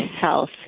health